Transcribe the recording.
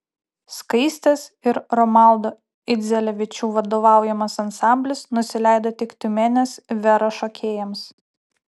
skaistės ir romaldo idzelevičių vadovaujamas ansamblis nusileido tik tiumenės vera šokėjams